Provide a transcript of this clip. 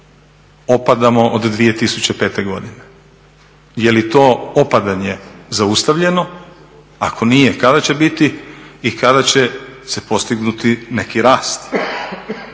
opadamo od 2005. godine, je li to opadanje zaustavljeno, ako nije kada će biti i kada će se postignuti neki rast?